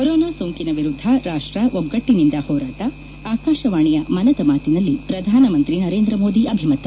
corona ಸೋಂಕಿನ ವಿರುದ್ದ ರಾಷ್ಟ್ರ ಒಗ್ಗಟ್ಟಿನಿಂದ ಹೋರಾಟ ಆಕಾಶವಾಣಿಯ ಮನದ ಮಾತಿನಲ್ಲಿ ಪ್ರಧಾನಮಂತ್ರಿ ನರೇಂದ್ರ ಮೋದಿ ಅಭಿಮತ